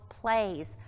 plays